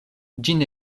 ĝin